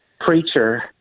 preacher